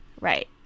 right